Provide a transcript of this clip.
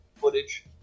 footage